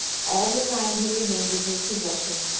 all the time he remained in his possession,